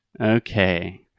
Okay